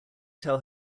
tell